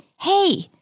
Hey